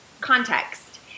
context